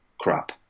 crap